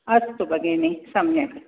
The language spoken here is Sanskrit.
अस्तु भगिनि सम्यक्